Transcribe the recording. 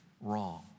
wrong